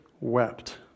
wept